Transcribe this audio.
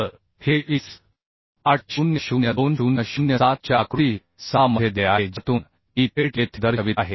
तर हे IS 800 2007 च्या आकृती 6 मध्ये दिले आहे ज्यातून मी थेट येथे दर्शवित आहे